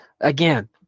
Again